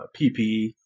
PPE